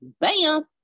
Bam